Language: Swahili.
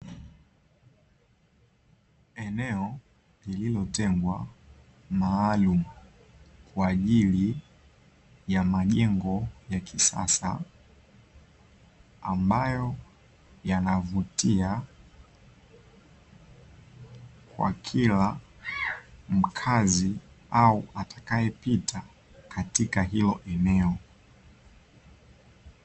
Eneo lililotengwa maalumu kwa ajili ya majengo ya kisasa, ambayo yanavutia kwa kila mkazi au atakaepita katika hilo eneo.